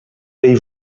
dei